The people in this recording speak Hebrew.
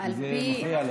כי זה מפריע להם.